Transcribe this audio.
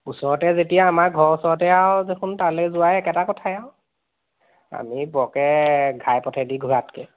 ওচৰতে যেতিয়া আমাৰ ঘৰৰ ওচৰতে আৰু দেখোন তালৈ যোৱা একেটা কথায়ে আৰু আমি বৰকৈ ঘাই পথেদি ঘূৰাতকৈ